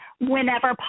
whenever